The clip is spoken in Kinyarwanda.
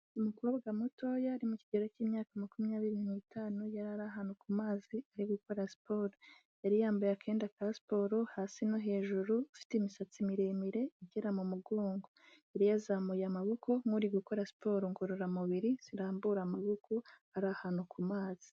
Umukobwa mutoya ari mu kigero cy'imyaka makumyabiri n'itanu yari ari ahantu ku mazi ari gukora siporo, yari yambaye akenda ka siporo hasi no hejuru, afite imisatsi miremire igera mu mugongo, yari yazamuye amaboko nk'uri gukora siporo ngororamubiri, zirambura amaboko, ari ahantu ku mazi.